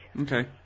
Okay